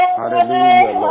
hallelujah